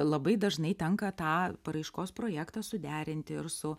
labai dažnai tenka tą paraiškos projektą suderinti ir su